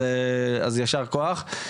אז יישר כוח.